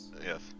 Yes